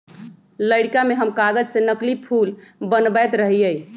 लइरका में हम कागज से नकली फूल बनबैत रहियइ